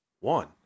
one